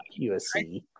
USC